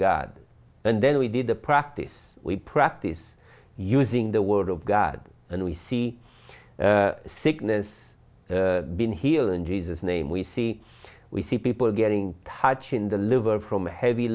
god and then we did a practice we practice using the word of god and we see sickness been here in jesus name we see we see people getting touching the liver from heavy